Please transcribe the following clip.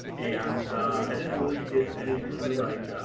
and i didn't really get any true, like,